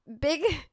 big